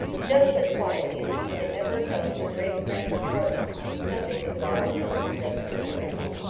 just as quietly as if we had never held the great cranford parliament on the subject of the proper mode of addressing a peeress.